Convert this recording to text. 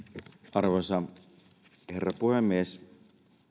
arvoisa herra puhemies